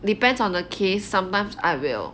depends on the case sometimes I will